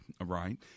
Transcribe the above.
right